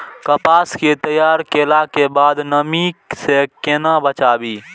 कपास के तैयार कैला कै बाद नमी से केना बचाबी?